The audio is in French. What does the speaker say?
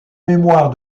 mémoire